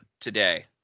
today